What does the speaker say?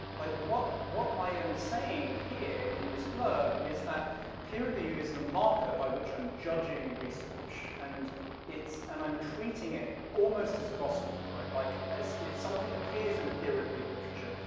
like what what i am saying here here in this blurb is that peer review is the marker by which i'm judging research, and it's, and i'm treating it almost as gospel, right, like as if something appears in the peer-reviewed literature,